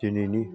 दिनैनि